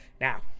Now